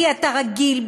כי אתה רגיל,